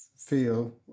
feel